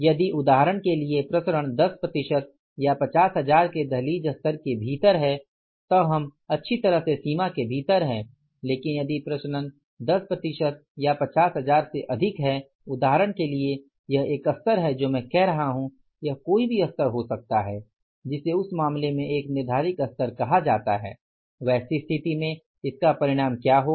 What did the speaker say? यदि उदाहरण के लिए प्रसरण 10 प्रतिशत या 50000 के दहलीज स्तर के भीतर हैं तो हम अच्छी तरह से सीमा के भीतर हैं लेकिन यदि प्रसरण 10 प्रतिशत या 50000 से अधिक हैं उदाहरण के लिए यह एक स्तर है जो मैं कह रहा हूं यह कोई भी स्तर हो सकता है जिसे उस मामले में एक निर्धारित स्तर कहा जाता है वैसी स्थिति में इसका परिणाम क्या होगा